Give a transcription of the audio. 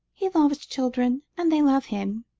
he loves children, and they love him.